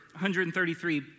133